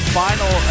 final